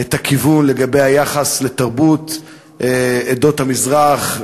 את הכיוון לגבי היחס לתרבות עדות המזרח,